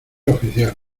oficial